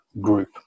group